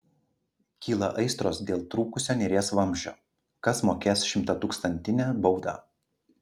kyla aistros dėl trūkusio neries vamzdžio kas mokės šimtatūkstantinę baudą